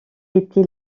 était